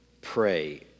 pray